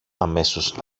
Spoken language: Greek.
αμέσως